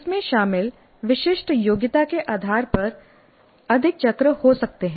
इसमें शामिल विशिष्ट योग्यता के आधार पर अधिक चक्र हो सकते हैं